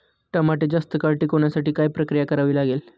टमाटे जास्त काळ टिकवण्यासाठी काय प्रक्रिया करावी लागेल?